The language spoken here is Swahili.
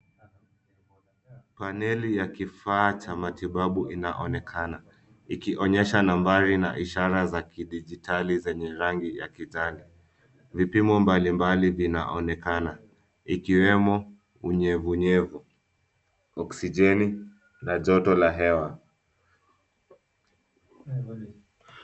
Paneli ya kifaa cha matibabu inaonekana ikionyesha nambari na ishara za kidijitali zenye rangi ya kijani. Vipimo mbalimbali vinaonekana ikiwemo unyevunyevu, oksigeni na joto la hewa.